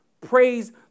Praise